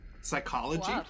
Psychology